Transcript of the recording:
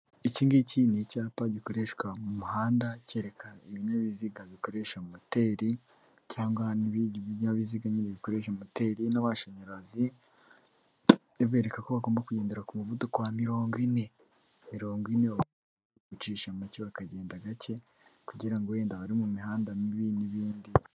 Iki ngiki ni icyapa gikoreshwa mu muhanda kerekana ibinyabiziga bikoresha moteri cyangwa ibindi binyabiziga nyine bikoresha moteri n'amashanyarazi biberereka ko bagomba kugendera ku muvuduko wa mirongo ine, mirongo ine, gucisha make bakagenda gake kugirango wenda abari mu mihanda mibi n'ibindi.